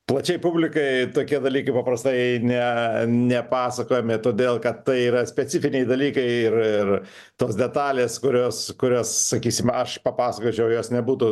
plačiai publikai tokie dalykai paprastai ne nepasakojami todėl kad tai yra specifiniai dalykai ir ir tos detalės kurios kurias sakysim aš papasakočiau jos nebūtų